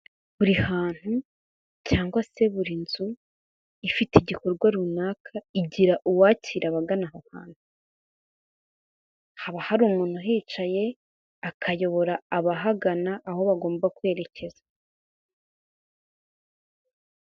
Buri hantu cyangwa se buri nzu ifite igikorwa runaka, igira uwakira abagana aho hantu. Haba hari umuntu uhicaye akayobora abahagana aho bagomba kwerekeza.